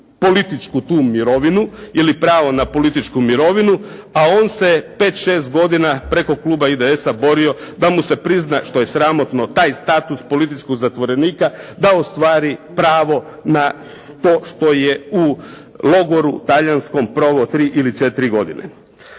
političku tu mirovinu ili pravo na političku mirovinu, a on se pet-šest godina preko kluba IDS-a borio da mu se prizna što je sramotno taj status političkog zatvorenika, da ostvari pravo na to što je u logoru talijanskom proveo tri ili četiri godine.